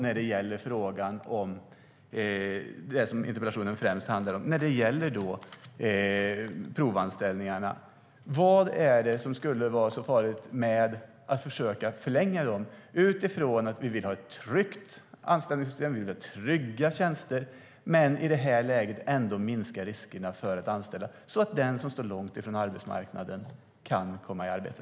När det gäller det som interpellationen främst handlar om, provanställningar: Vad är det som skulle vara så farligt med att försöka förlänga dem? Vi vill ha ett tryggt anställningssystem och trygga tjänster men i det här läget ändå minska riskerna för att anställa så att den som står långt från arbetsmarknaden kan komma i arbete.